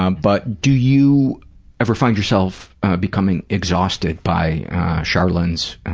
um but do you ever find yourself becoming exhausted by charlynn's